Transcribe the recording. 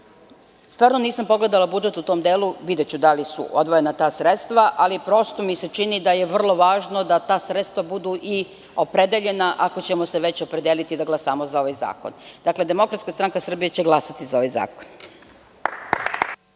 nisam pogledala budžet u tom delu. Videću da li su odvojena ta sredstva, ali prosto mi se čini da je vrlo važno da ta sredstva budu i opredeljena ako ćemo se već opredeliti da glasamo za ovaj zakon. Dakle, DSS će glasati za ovaj zakon.